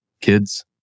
kids